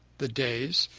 the days,